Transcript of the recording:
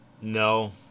No